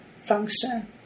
function